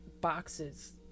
boxes